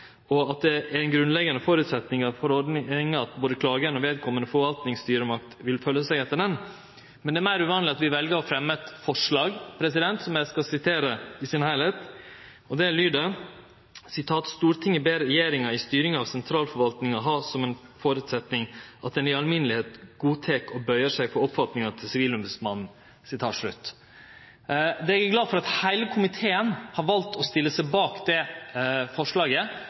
er litt uvanleg i ein slik sak. Det er ikkje uvanleg at vi minner forvaltninga om at Sivilombodsmannen er tillitsmann for Stortinget, og at det er ei grunnleggjande føresetnad at både klagaren og vedkomande forvaltningsstyresmakt vil føye seg etter ombodsmannen, men det er meir uvanleg at vi vel å fremje eit forslag til vedtak, som lyder: «Stortinget ber regjeringa i styringa av sentralforvaltninga ha som ein føresetnad at ein i alminnelegheit godtek og bøyer seg for oppfatninga til Sivilombodsmannen.» Eg er glad for at heile komiteen har valt å stille seg bak det forslaget,